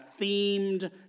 themed